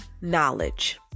knowledge